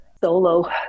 Solo